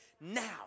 now